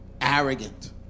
Arrogant